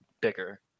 bigger